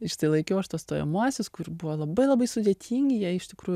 išsilaikiau aš tuos stojamuosius kur buvo labai labai sudėtingi jie iš tikrųjų